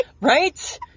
Right